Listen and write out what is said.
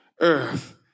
earth